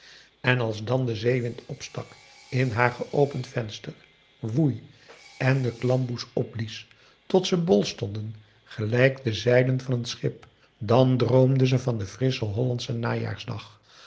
en als dan de zeewind opstak in haar geopend venster woei en de klamboe's opblies tot ze bol stonden gelijk de zeilen van een schip dan droomde ze van den frisschen hollandschen najaarsdag